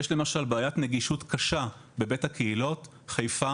יש למשל בעיית נגישות קשה בבית הקהילות בחיפה,